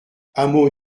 hameau